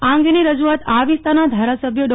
આ અંગેની રજૂઆત આ વિસ્તારના ધારાસભ્ય ડો